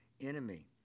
enemy